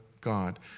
God